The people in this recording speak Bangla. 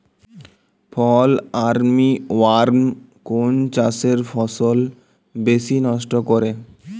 ফল আর্মি ওয়ার্ম কোন চাষের ফসল বেশি নষ্ট করে?